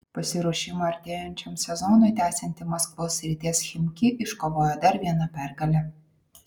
pasiruošimą artėjančiam sezonui tęsianti maskvos srities chimki iškovojo dar vieną pergalę